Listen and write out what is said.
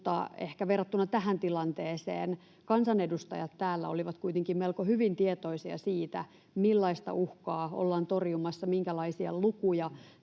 mutta ehkä verrattuna tähän tilanteeseen kansanedustajat täällä olivat kuitenkin melko hyvin tietoisia siitä, millaista uhkaa ollaan torjumassa, minkälaisia lukuja